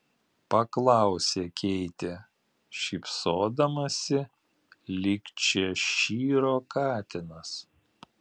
paklausė keitė šypsodamasi lyg češyro katinas